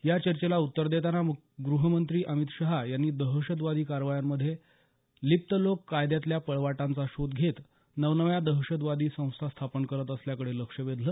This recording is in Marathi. या चर्चेला उत्तर देताना ग्रहमंत्री अमित शहा यांनी दहशतवादी कारवायांमध्ये लिप्प लोक कायद्यातल्या पळवाटांचा शोध घेत नवनव्या दहशतवादी संस्था स्थापन करत असल्याकडे लक्ष वेधलं